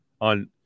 on